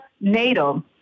NATO